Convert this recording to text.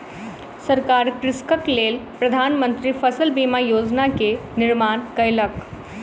सरकार कृषकक लेल प्रधान मंत्री फसल बीमा योजना के निर्माण कयलक